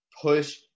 push